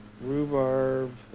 Rhubarb